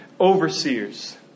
overseers